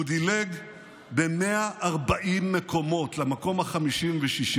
הוא דילג ב-140 מקומות למקום ה-56.